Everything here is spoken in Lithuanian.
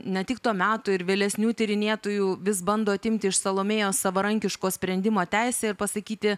ne tik to meto ir vėlesnių tyrinėtojų vis bando atimti iš salomėjos savarankiško sprendimo teisę ir pasakyti